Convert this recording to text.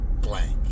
blank